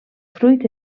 fruit